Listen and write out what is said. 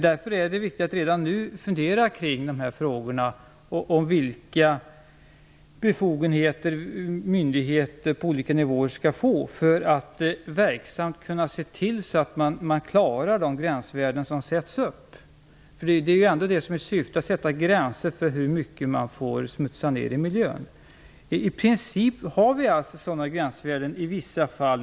Därför är det viktigt att redan nu fundera kring de här frågorna, bl.a. vilka befogenheter myndigheter på olika nivåer skall få för att verksamt kunna se till att man klarar de gränsvärden som sätts upp. Det är ändå det som är syftet, att sätta gränser för hur mycket man får smutsa ner i miljön. I princip har vi sådana gränsvärden i vissa fall.